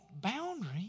boundary